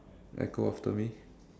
echo after me